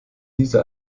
diese